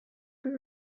but